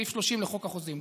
סעיף 30 לחוק החוזים.